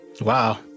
Wow